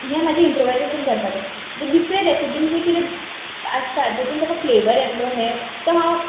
हे म्हाजे इंप्रोवायजेशन करपाचे म्हणजे दुसरे रिसिपीन जे कितें आसतात तितुन तेका फ्लेवर येतलो हे तो हांव